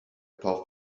pulp